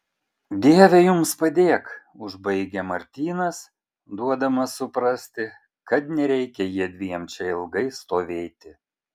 dieve jums padėk užbaigia martynas duodamas suprasti kad nereikia jiedviem čia ilgai stovėti